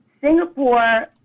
Singapore